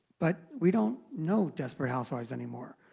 but we don't know desperate housewives anymore.